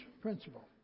principle